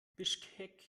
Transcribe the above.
bischkek